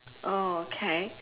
oh okay